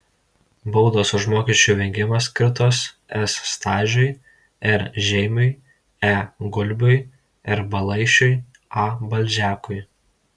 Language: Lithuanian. baudos už mokesčių vengimą skirtos s stažiui r žeimiui e gulbiui r balaišiui a balžekui